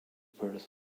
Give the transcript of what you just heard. birth